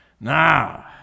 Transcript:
Now